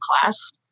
class